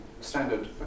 standard